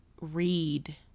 read